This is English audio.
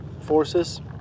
forces